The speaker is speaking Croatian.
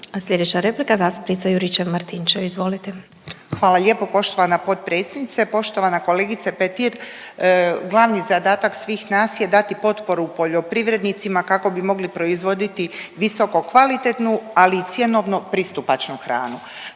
izvolite. **Juričev-Martinčev, Branka (HDZ)** Hvala lijepo poštovana potpredsjednice. Poštovana kolegice Petir, glavni zadatak svih nas je dati potporu poljoprivrednicima kako bi mogli proizvoditi visoko kvalitetnu, ali i cjenovnu pristupačnu hranu.